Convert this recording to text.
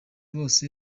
bose